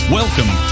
welcome